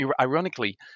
ironically